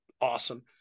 awesome